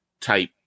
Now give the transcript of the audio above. type